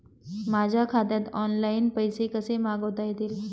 माझ्या खात्यात ऑनलाइन पैसे कसे मागवता येतील?